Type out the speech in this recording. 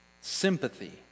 sympathy